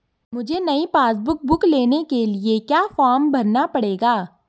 मुझे नयी passbook book लेने के लिए क्या फार्म भरना पड़ेगा?